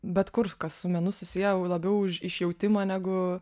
bet kur kas su menu susiję jau labiau už išijautimą negu